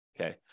okay